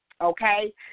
okay